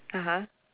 (uh huh)